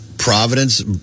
Providence